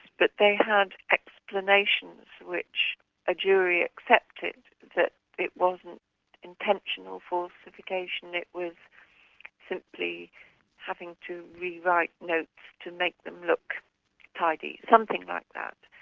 but they had explanations which a jury accepted, that it wasn't intentional falsification, it was simply having to re-write notes like to make them look tidy something like that.